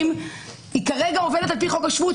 היא כרגע עובדת על פי חוק השבות,